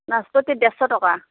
নাচপতি ডেৰশ টকা